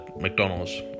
McDonald's